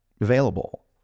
available